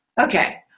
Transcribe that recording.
Okay